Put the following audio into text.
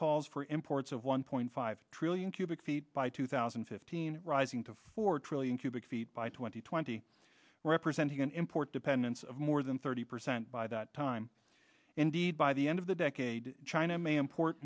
calls for imports of one point five trillion cubic feet by two thousand and fifteen and rising to four trillion cubic feet by twenty twenty representing an import dependence of more than thirty percent by that time indeed by the end of the decade china may import